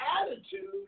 attitude